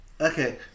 Okay